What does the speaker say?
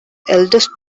eldest